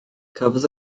cafodd